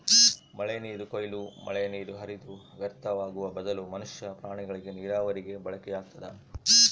ಮಳೆನೀರು ಕೊಯ್ಲು ಮಳೆನೀರು ಹರಿದು ವ್ಯರ್ಥವಾಗುವ ಬದಲು ಮನುಷ್ಯ ಪ್ರಾಣಿಗಳಿಗೆ ನೀರಾವರಿಗೆ ಬಳಕೆಯಾಗ್ತದ